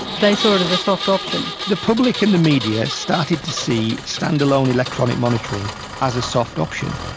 they saw it as a soft option. the public and the media started to see standalone electronic monitoring as a soft option.